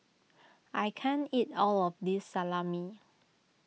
I can't eat all of this Salami